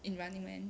in running man